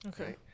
Okay